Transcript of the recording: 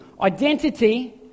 Identity